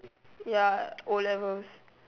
ya o levels